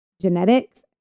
genetics